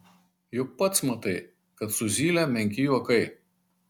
juk pats matai kad su zyle menki juokai